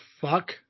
fuck